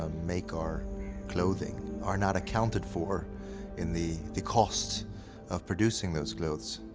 ah make our clothing are not accounted for in the the cost of producing those clothes.